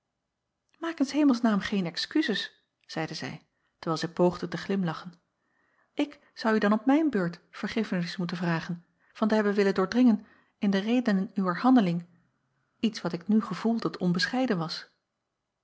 s hemels naam geen excuses zeide zij terwijl zij poogde te glimlachen ik zou u dan op mijne beurt vergiffenis moeten vragen van te hebben willen doordringen in de redenen uwer handeling iets wat ik nu gevoel dat onbescheiden was